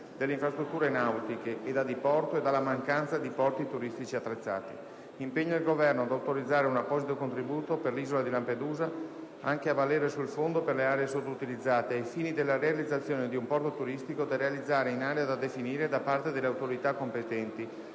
delle infrastrutture nautiche e da diporto e dalla mancanza di porti turistici attrezzati; impegna il Governo ad autorizzare un apposito contributo per l'isola di Lampedusa, anche a valere sul Fondo per le aree sottoutilizzate, ai fini della realizzazione di un porto turistico, da realizzare in area da definire da parte delle autorità competenti